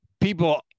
people